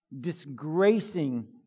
disgracing